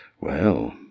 Well